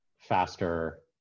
faster